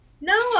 No